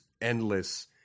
endless